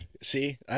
See